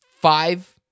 five